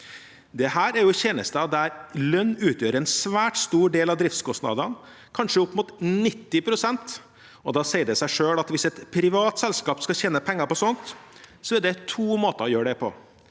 Dette er jo tjenester der lønn utgjør en svært stor del av driftskostnadene, kanskje opp mot 90 pst., og da sier det seg selv at hvis et privat selskap skal tjene penger på sånt, er det to måter å gjøre det på.